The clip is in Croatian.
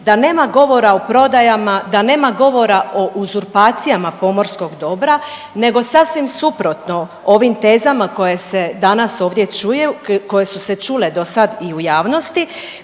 da nema govora o prodajama, da nema govora o uzurpacijama pomorskog dobra nego sasvim suprotno ovim tezama koje se danas ovdje čuju koje su se čule do sad i u javnosti